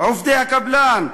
עובדי הקבלן,